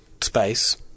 space